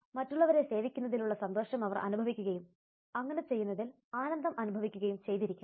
മറ്റുള്ളവരെ സേവിക്കുന്നതിൽ ഉള്ള സന്തോഷം അവർ അനുഭവിക്കുകയും അങ്ങനെ ചെയ്യുന്നതിൽ ആനന്ദം അനുഭവിക്കുകയും ചെയ്തിരിക്കണം